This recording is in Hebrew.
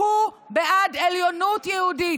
הוא בעד עליונות יהודית.